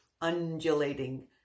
undulating